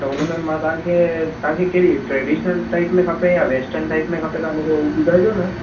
त हुनमें मां तव्हांखे तव्हांखे कहिड़ी ट्रेडीशनल टाइप में खपे या वेस्टर्न टाइप में खपे तव्हां मूंखे हो ॿुधाइजो न